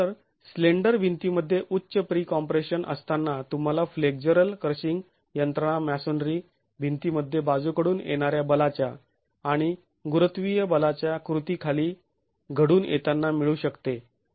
तर स्लेंडर भिंतीमध्ये उच्च प्री कॉपरेशन असताना तुम्हाला फ्लेक्झरल क्रशिंग यंत्रणा मॅसोनेरी भिंतीमध्ये बाजूकडून येणाऱ्या बलाच्या आणि गुरुत्वीय बलाच्या कृती खाली घडून येताना मिळू शकते